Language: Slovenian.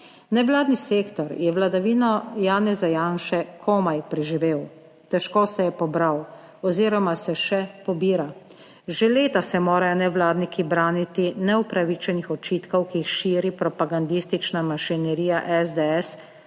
Nevladni sektor je vladavino Janeza Janše komaj preživel. Težko se je pobral oziroma se še pobira. Že leta se morajo nevladniki braniti neupravičenih očitkov, ki jih širi propagandistična mašinerija SDS